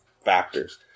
factors